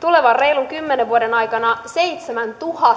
tulevan reilun kymmenen vuoden aikana seitsemäntuhannen